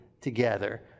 together